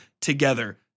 together